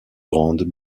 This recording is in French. grandes